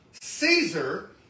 Caesar